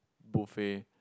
buffet